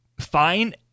fine